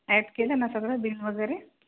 add केलं ना सगळं बिल वगैरे